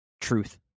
truth